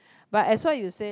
but as what you say